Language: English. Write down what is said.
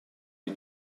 you